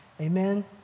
Amen